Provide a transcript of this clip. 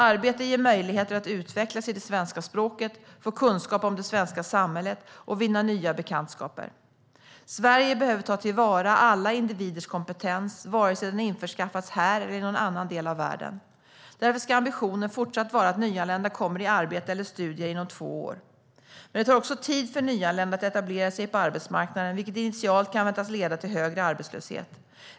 Arbete ger möjligheter att utvecklas i det svenska språket, att få kunskap om det svenska samhället och att vinna nya bekantskaper. Sverige behöver ta till vara alla individers kompetens, vare sig den införskaffats här eller i någon annan del av världen. Därför ska ambitionen fortsatt vara att nyanlända kommer i arbete eller studier inom två år. Men det tar också tid för nyanlända att etablera sig på arbetsmarknaden, vilket initialt kan väntas leda till högre arbetslöshet.